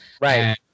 Right